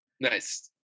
nice